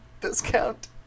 discount